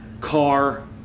car